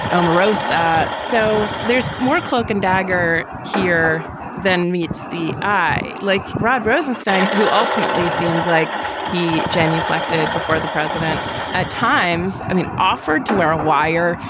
omarosa. so there's more cloak and dagger here than meets the eye, like rod rosenstein, who ultimately seemed like he genuflected before the president at times. i mean, offered to wear a wire,